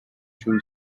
two